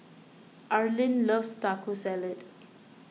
Arlin loves Taco Salad